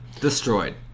Destroyed